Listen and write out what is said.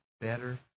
Better